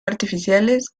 artificiales